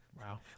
Wow